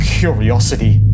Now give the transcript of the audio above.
curiosity